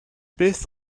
beth